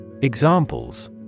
Examples